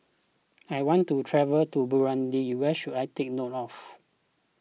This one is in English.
I want to travel to Burundi what should I take note of